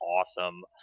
awesome